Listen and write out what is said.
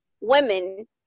women